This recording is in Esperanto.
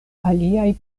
aliaj